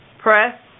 press